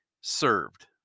served